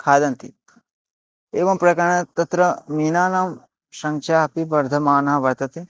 खादन्ति एवं प्रकारे तत्र मीनानां सङ्ख्या अपि वर्धमाना वर्तते